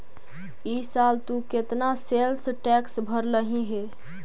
ई साल तु केतना सेल्स टैक्स भरलहिं हे